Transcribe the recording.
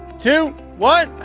two, one.